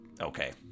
okay